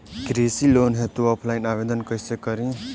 कृषि लोन हेतू ऑफलाइन आवेदन कइसे करि?